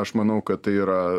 aš manau kad tai yra